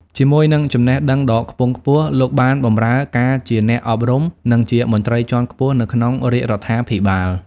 ជាមួយនឹងចំណេះដឹងដ៏ខ្ពង់ខ្ពស់ លោកបានបម្រើការជាអ្នកអប់រំ និងជាមន្ត្រីជាន់ខ្ពស់នៅក្នុងរាជរដ្ឋាភិបាល។